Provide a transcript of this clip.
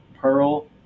Pearl